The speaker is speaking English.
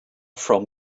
from